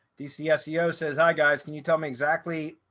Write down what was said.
dc ah seo says hi guys, can you tell me exactly